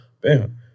Bam